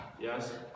Yes